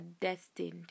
destined